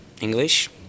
English